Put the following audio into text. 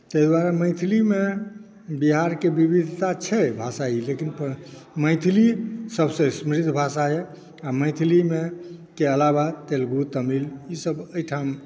ताहि दुआरे मैथिलीमे बिहारके विविधता छै भाषायी लेकिन मैथिली सभसँ समृद्ध भाषा अइ आओर मैथिलीमे के अलावा तेलुगू तमिल ईसभ एहिठाम